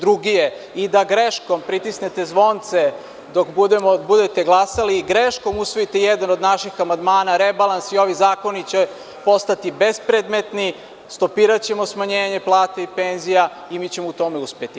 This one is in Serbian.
Drugi je i da greškom pritisnete zvonce dok budete glasali i greškom usvojite jedan od naših amandmana, rebalans i ovi zakoni će postati bespredmetni, stopiraćemo smanjenje plata i penzija i mi ćemo u tome uspeti.